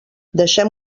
deixem